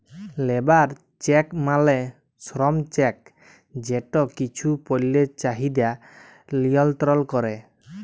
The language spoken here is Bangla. লেবার চেক মালে শ্রম চেক যেট কিছু পল্যের চাহিদা লিয়লত্রল ক্যরে